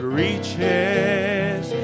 reaches